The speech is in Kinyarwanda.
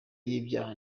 y’ibyaha